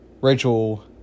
Rachel